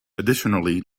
additionally